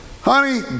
Honey